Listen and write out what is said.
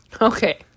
Okay